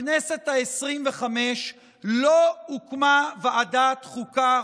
בכנסת העשרים-וחמש לא הוקמה ועדת החוקה,